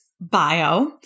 bio